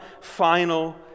final